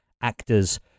actors